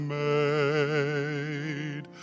made